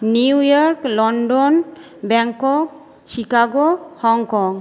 new York London Bangkok Chicago Hong Kong